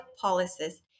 policies